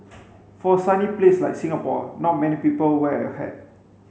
for a sunny place like Singapore not many people wear a hat